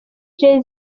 jay